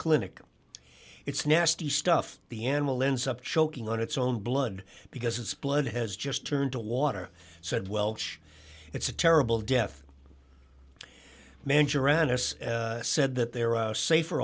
clinic it's nasty stuff the animal ends up choking on its own blood because its blood has just turned to water said welsh it's a terrible death manager and said that there are safer